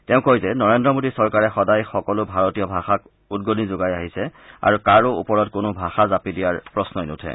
তেওঁ কয় যে নৰেন্দ্ৰ মোদী চৰকাৰে সদায় সকলো ভাৰতীয় ভাষাত উদগনি যোগাই আহিছে আৰু কাৰো ওপৰত কোনো ভাষা জাপি দিয়াৰ প্ৰস্তাৱ নাই